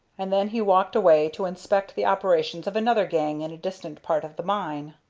and then he walked away to inspect the operations of another gang in a distant part of the mine.